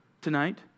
tonight